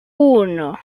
uno